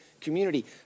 community